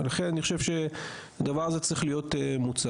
ולכן אני חושב שהדבר הזה צריך להיות מוצג.